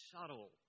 subtle